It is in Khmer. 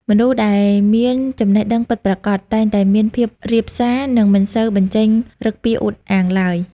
មនុស្សដែលមានចំណេះដឹងពិតប្រាកដ តែងតែមានភាពរាបសារ និងមិនសូវបញ្ចេញឫកពាអួតអាងឡើយ។